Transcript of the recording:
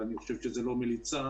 ואני חושב שזה לא מליצה,